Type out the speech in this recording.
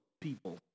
people